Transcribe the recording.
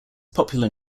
popular